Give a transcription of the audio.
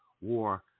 War